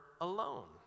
alone